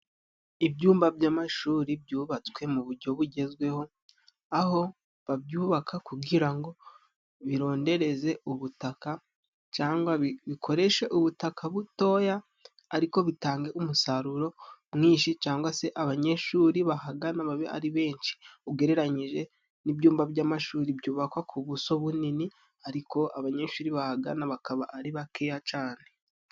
Ibyumba by'amashuri byubatswe mu buryo bugezweho, aho babyubaka kugira ngo birondereze ubutaka, cangwa bikoreshe ubutaka butoya, ariko bitange umusaruro mwinshi, cangwa se abanyeshuri bahagana babe ari benshi ugereranyije n'ibyumba by'amashuri byubakwa ku buso bunini, ariko abanyeshuri bahagana bakaba ari bakeya cane.